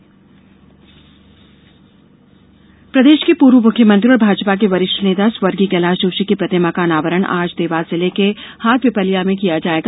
प्रतिमा अनावरण प्रदेश के पूर्व मुख्यमंत्री और भाजपा के वरिष्ठ नेता स्वर्गीय कैलाश जोशी की प्रतिमा का अनावरण आज देवास जिले के हाटपिपलिया में किया जायेगा